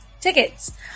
tickets